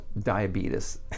diabetes